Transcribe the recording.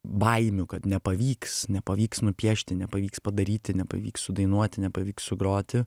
baimių kad nepavyks nepavyks nupiešti nepavyks padaryti nepavyks sudainuoti nepavyks sugroti